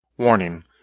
Warning